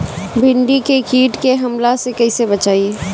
भींडी के कीट के हमला से कइसे बचाई?